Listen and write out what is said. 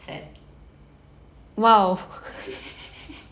sad